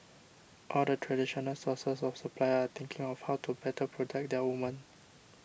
all the traditional sources of supply are thinking of how to better protect their women